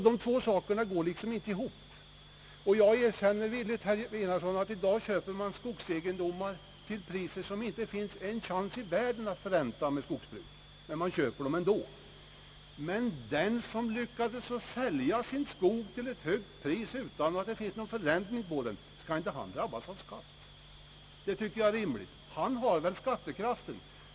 De två sakerna går inte ihop! Jag erkänner villigt, herr Enarsson, att i dag köps skogsegendomar till priser som det inte finns en chans i världen att förränta med skogsbruk. Man köper dem ändå. Skall inte den som har lyckats att sälja sin skog till ett högt pris, utan att detta pris kan förräntas, drabbas av skatt? Det tycker jag är rimligt. Han har ju skattekraft.